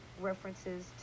references